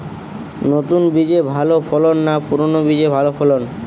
নতুন বীজে ভালো ফলন না পুরানো বীজে ভালো ফলন?